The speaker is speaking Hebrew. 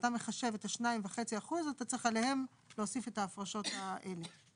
שכשאתה מחשב את ה-2.5% אתה צריך עליהם להוסיף את ההפרשות האלה.